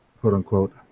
quote-unquote